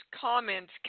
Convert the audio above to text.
comments